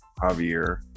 Javier